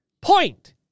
point